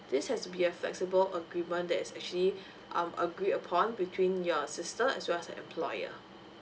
this has to be a flexible agreement that is actually um agree upon between your sister as well as her employer